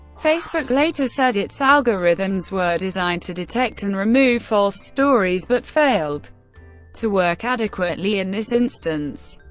facebook later said its algorithms were designed to detect and remove false stories, but failed to work adequately in this instance.